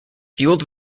fueled